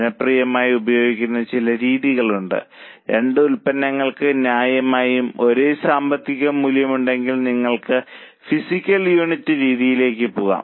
ജനപ്രിയമായി ഉപയോഗിക്കുന്ന ചില രീതികളുണ്ട് രണ്ട് ഉൽപ്പന്നങ്ങൾക്ക് ന്യായമായും ഒരേ സാമ്പത്തിക മൂല്യമുണ്ടെങ്കിൽ നിങ്ങൾക്ക് ഫിസിക്കൽ യൂണിറ്റ് രീതിയിലേക്ക് പോകാം